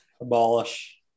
abolish